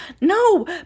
no